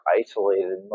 isolated